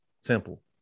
Simple